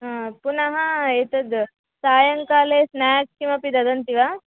हा पुनः एतद् सायङ्काले स्नाक्स् किमपि ददन्ति वा